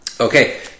Okay